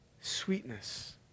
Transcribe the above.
sweetness